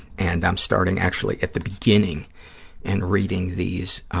and i'm starting actually at the beginning and reading these